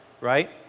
right